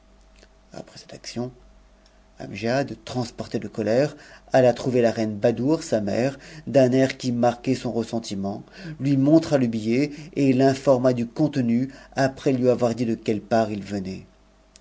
apres cette action amgiad transporté de colère alla trouver la reine oure sa mère d'un air qui marquait son ressentiment lui montra le et l'informa du contenu après lui avoir dit de quelle part h venait